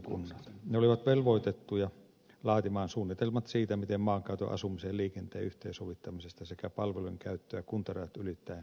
ne olivat velvoitettuja laatimaan suunnitelmat siitä miten maankäytön asumisen ja liikenteen yhteensovittamista sekä palvelujen käyttöä kuntarajat ylittäen parannetaan